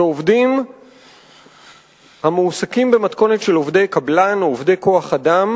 שעובדים המועסקים במתכונת של עובדי קבלן או עובדי כוח-אדם